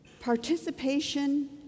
participation